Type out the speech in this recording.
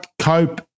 cope